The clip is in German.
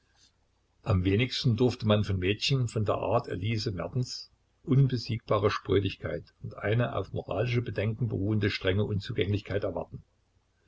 am wenigsten durfte man von mädchen von der art elise mertens unbesiegbare sprödigkeit und eine auf moralischen bedenken beruhende strenge unzugänglichkeit erwarten